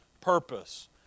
purpose